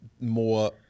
more